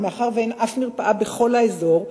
ומאחר שאין אף מרפאה בכל האזור,